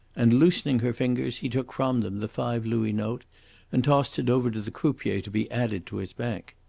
and loosening her fingers he took from them the five-louis note and tossed it over to the croupier to be added to his bank.